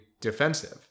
defensive